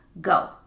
go